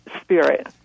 spirit